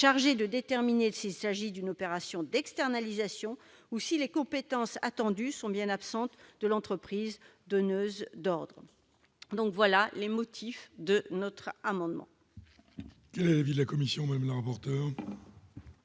chargées de déterminer s'il s'agit d'une opération d'externalisation ou si les compétences attendues sont bien absentes de l'entreprise donneuse d'ordres. Quel est l'avis de la commission